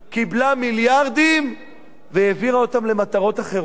קיבלה מיליארדים והעבירה אותם למטרות אחרות.